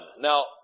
Now